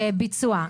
ביצוע,